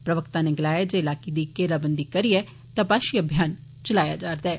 प्रवक्ता नै गलाया जे इलाके दी घेराबंदी करियै तपाशी अभियान चलाया जा'रदा ऐ